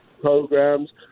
programs